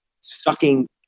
sucking